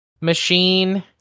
machine